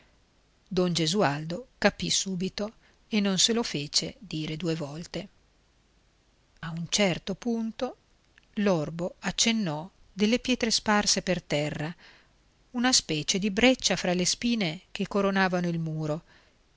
don gesualdo capì subito e non se lo fece dire due volte andavano in silenzio lungo il muro quasi ci vedessero al buio a un certo punto l'orbo accennò delle pietre sparse per terra una specie di breccia fra le spine che coronavano il muro